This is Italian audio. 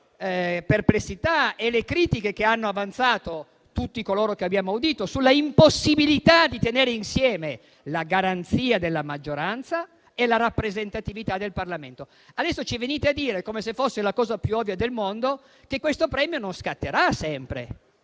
perplessità e le critiche che hanno avanzato tutti coloro che abbiamo audito sull'impossibilità di tenere insieme la garanzia della maggioranza e la rappresentatività del Parlamento. Adesso ci venite a dire, come se fosse la cosa più ovvia del mondo, che questo premio non scatterà sempre,